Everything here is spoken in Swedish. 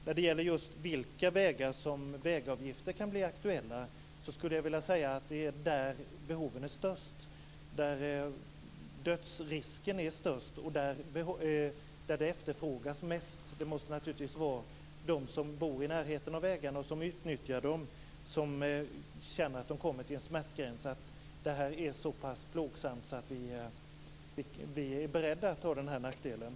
När det gäller just på vilka vägar som vägavgifter kan bli aktuella skulle jag vilja säga att det är där behoven är störst, där dödsrisken är störst och där det efterfrågas mest. Det måste naturligtvis vara de som bor i närheten av vägarna och som utnyttjar dem som känner att de kommer till en smärtgräns då trafiksituationen är så pass plågsam att de är beredda att ta den här nackdelen.